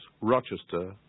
Rochester